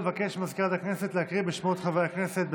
אבקש ממזכירת הכנסת להקריא את שמות חברי הכנסת.